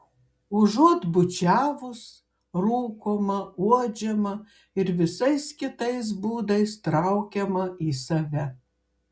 užuot bučiavus rūkoma uodžiama ir visais kitais būdais traukiama į save